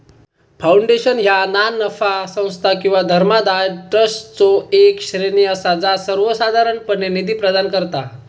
foundation ह्या ना नफा संस्था किंवा धर्मादाय ट्रस्टचो येक श्रेणी असा जा सर्वोसाधारणपणे निधी प्रदान करता